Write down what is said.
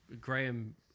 Graham